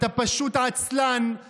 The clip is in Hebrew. אתה פשוט עצלן,